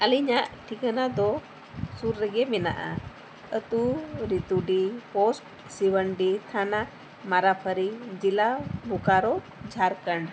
ᱟᱹᱞᱤᱧᱟᱜ ᱴᱷᱤᱠᱟᱹᱱᱟ ᱫᱚ ᱥᱩᱨ ᱨᱮᱜᱮ ᱢᱮᱱᱟᱜᱼᱟ ᱟᱛᱳ ᱨᱤᱛᱩᱰᱤ ᱯᱳᱥᱴ ᱥᱤᱵᱟᱱᱰᱤ ᱛᱷᱟᱱᱟ ᱢᱟᱨᱟᱯᱟᱨᱤ ᱡᱮᱞᱟ ᱵᱳᱠᱟᱨᱳ ᱡᱷᱟᱲᱠᱷᱚᱸᱰ